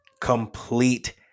Complete